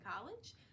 college